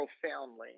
profoundly